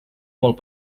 molt